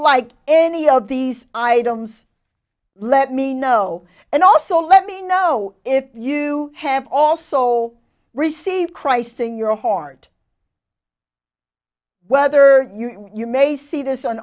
like any of these items let me know and also let me know if you have also received christ in your heart whether you may see this on